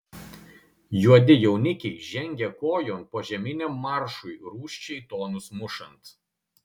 juodi jaunikiai žengia kojon požeminiam maršui rūsčiai tonus mušant